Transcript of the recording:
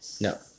No